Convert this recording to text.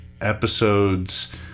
episodes